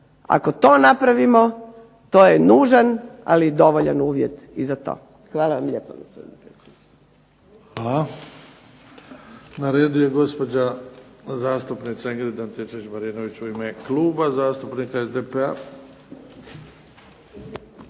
Ako to napravimo to je nužan ali dovoljan uvjet i za to. Hvala vam lijepa. **Bebić, Luka (HDZ)** Hvala. Na redu je gospođa zastupnika Ingrid Antičević-Marinović, u ime Kluba zastupnika SDP-a.